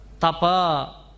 Tapa